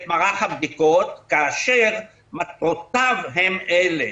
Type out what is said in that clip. את מערך הבדיקות, כאשר מטרותיו הן אלה: